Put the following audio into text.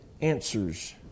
answers